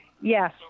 yes